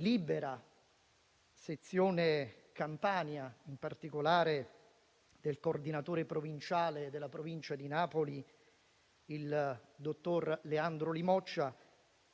Libera-sezione Campania, in particolare del coordinatore della Provincia di Napoli, il dottor Leandro Limoccia,